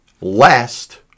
last